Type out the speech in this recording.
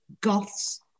goths